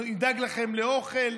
אני אדאג לכם לאוכל,